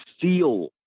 feel